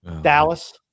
Dallas